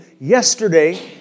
yesterday